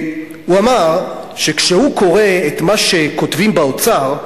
הוא אמר שכשהוא קורא את מה שכותבים באוצר,